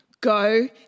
go